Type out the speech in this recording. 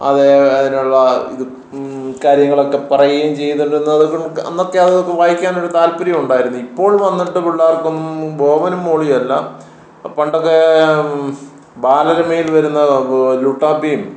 അത് അതിനുള്ള ഇത് കാര്യങ്ങളൊക്കെ പറയുകയും ചെയ്തിരുന്നതു കൊണ്ട് അന്നത്തെ അതു വായിക്കാനൊരു താത്പര്യമുണ്ടായിരുന്നു ഇപ്പോൾ വന്നിട്ട് പിള്ളേർക്കൊന്നും ബോബനും മോളിയെല്ലാം പണ്ടൊക്കെ ബാലരമയിൽ വരുന്ന ലുട്ടാപ്പിയും